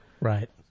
Right